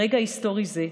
ברגע היסטורי זה,